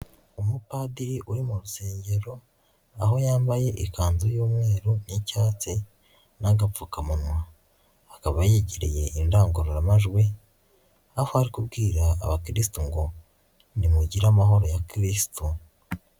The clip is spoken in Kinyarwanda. Umupadiri uri mu rusengero aho yambaye ikanzu y'umweru n'icyatsi n'agapfukamunwa, akaba yegereye indangururamajwi, aho ari kubwira abakirisitu ngo nimugire amahoro ya Kirisito.